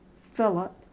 Philip